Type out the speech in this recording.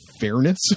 fairness